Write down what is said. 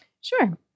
Sure